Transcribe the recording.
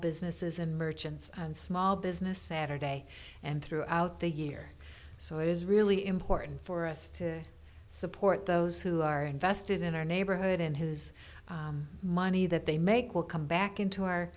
businesses and merchants and small business saturday and throughout the year so it is really important for us to support those who are invested in our neighborhood and whose money that they make will come back into our